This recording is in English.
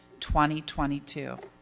2022